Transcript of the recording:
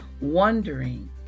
wondering